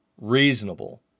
reasonable